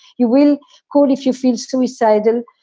you will call if you feel suicidal.